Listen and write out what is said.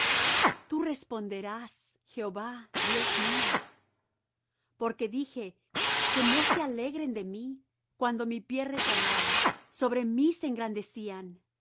tú responderás jehová dios mío porque dije que no se alegren de mí cuando mi pie resbalaba sobre mí se